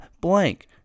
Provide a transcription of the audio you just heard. blank